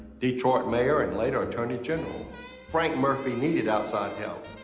detroit mayor and later attorney general frank murphy needed outside help.